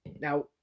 Now